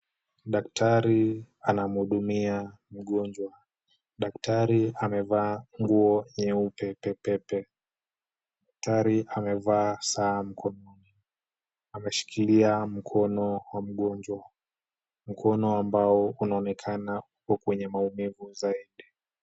Daktari anamhudumia mgonjwa. Daktari amevaa nguo nyeupe pepepe. Daktari amevaa saa mkononi. Ameshikilia mkono wa mgonjwa, mkono ambao unaonekana uko kwenye maumivu zaidi.